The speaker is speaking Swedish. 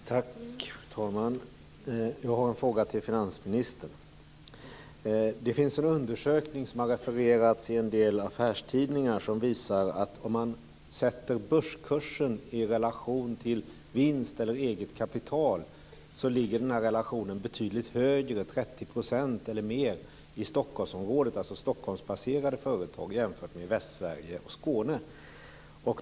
Fru talman! Jag har en fråga till finansministern. Det finns en undersökning som har refererats i en del affärstidningar och som visar att börskursen, satt i relation till vinst eller eget kapital, ligger betydligt högre, 30 % eller mer, i Stockholmsområdet, alltså Stockholmsbaserade företag, jämfört med Västsverige och Skåne.